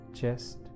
Chest